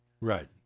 Right